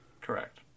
Correct